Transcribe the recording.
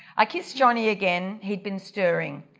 i kissed jhonnie again, he'd been stirring,